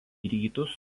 rytus